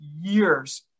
years